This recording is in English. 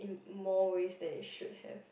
more ways than it should have